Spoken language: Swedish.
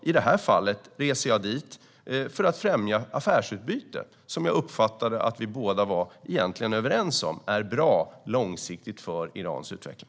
I detta fall reser jag också dit för att främja det affärsutbyte som jag uppfattade att vi båda är överens om är långsiktigt bra för Irans utveckling.